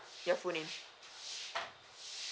your full name